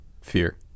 fear